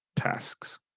Tasks